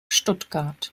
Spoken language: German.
stuttgart